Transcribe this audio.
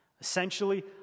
Essentially